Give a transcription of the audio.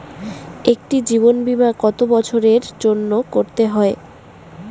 একটি জীবন বীমা কত বছরের জন্য করতে হয়?